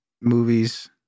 movies